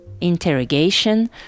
interrogation